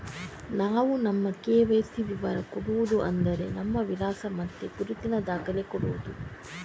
ನಾವು ನಮ್ಮ ಕೆ.ವೈ.ಸಿ ವಿವರ ಕೊಡುದು ಅಂದ್ರೆ ನಮ್ಮ ವಿಳಾಸ ಮತ್ತೆ ಗುರುತಿನ ದಾಖಲೆ ಕೊಡುದು